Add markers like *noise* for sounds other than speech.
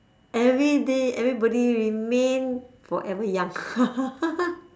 everyday everybody remain forever young *laughs*